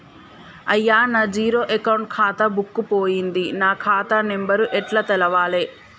అయ్యా నా zero account ఖాతా బుక్కు పోయింది నా ఖాతా నెంబరు ఎట్ల తెలవాలే?